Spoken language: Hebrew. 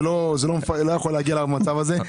זה לא יכול להגיע למצב הזה.